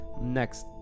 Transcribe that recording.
Next